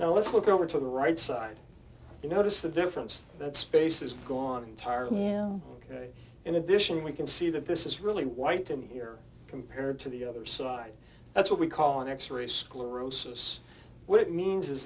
now let's look over to the right side you notice the difference that space is gone entirely in addition we can see that this is really white to me here compared to the other side that's what we call an x ray sclerosis what it means is